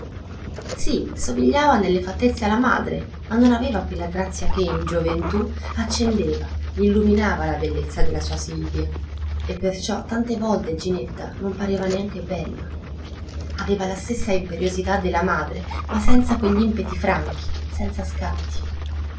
sì somigliava nelle fattezze alla madre ma non aveva quella grazia che in gioventù accendeva illuminava la bellezza della sua silvia e perciò tante volte ginetta non pareva neanche bella aveva la stessa imperiosità della madre ma senza quegl'impeti franchi senza scatti